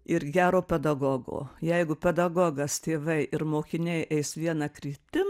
ir gero pedagogo jeigu pedagogas tėvai ir mokiniai eis viena kryptim